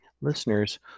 listeners